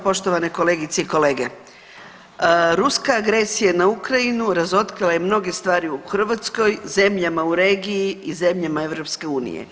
Poštovane kolegice i kolege, ruska agresija na Ukrajinu razotkrila je mnoge stvari u Hrvatskoj, zemljama u regiji i zemljama EU.